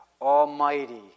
Almighty